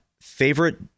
favorite